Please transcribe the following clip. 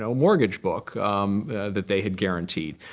so mortgage book that they had guaranteed.